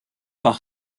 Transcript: par